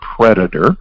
predator